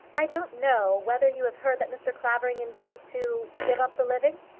i don't know whether you have heard that mr. clavering intends to give up the living.